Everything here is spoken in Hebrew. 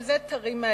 אבל זה טרי מהיום,